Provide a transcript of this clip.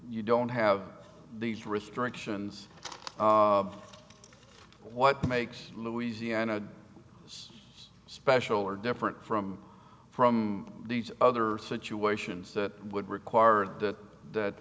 you don't have these restrictions what makes louisiana special or different from from these other situations that would require that